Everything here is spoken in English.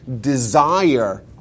desire